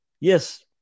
yes